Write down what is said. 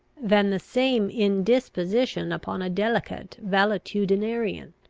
than the same indisposition upon a delicate valetudinarian.